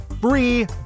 free